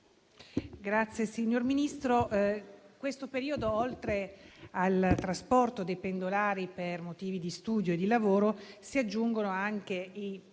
Presidente, signor Ministro, in questo periodo al trasporto dei pendolari per motivi di studio e di lavoro si aggiungono anche -